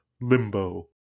Limbo